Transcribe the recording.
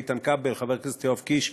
כל מה שאני רוצה לבקש עכשיו,